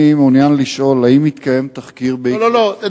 אני מעוניין לשאול אם התקיים תחקיר, לא, לא, לא.